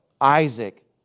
Isaac